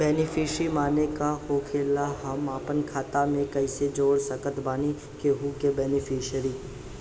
Beneficiary माने का होखेला और हम आपन खाता मे कैसे जोड़ सकत बानी केहु के बेनीफिसियरी?